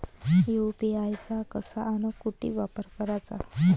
UPI चा कसा अन कुटी वापर कराचा?